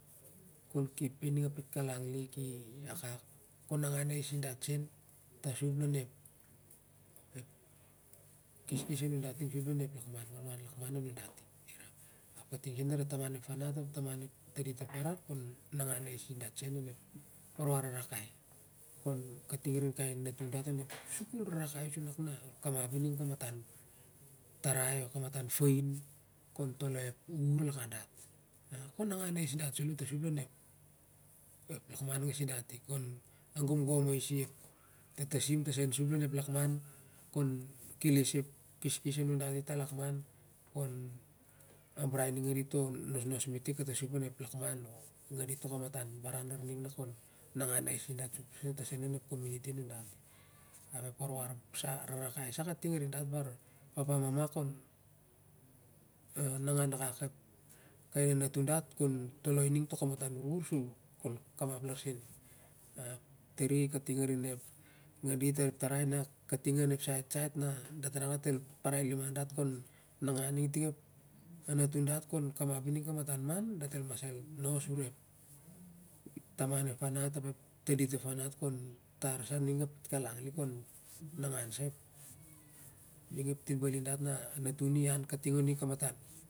Kon kep ining a pitkalang lik i akak ron na ngan ais dat sen tasup lon ep wanwan lakman nua dati ep kating sen arinep tanchit ep farat ap warwar rarak kon kating arin kai panatua dat onep sukul rarkai sunak na ol kamain inin g ning kamatan tarai o kanatan fain kon toloi ep uhur lakan dat kon nangan ais dat sen sup lon ep community nun dati kon keles ep keskes nur dati tah sup lon ep lakman kon ambrai ningan to nosnos metek tasup lon ep lakman o ningan tok kam atan baran larning kon nangan ais dat tah sen lon ep community nun dat i ap e warwar vava kai sa kating arin ep papa mama